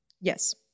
Yes